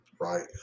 Right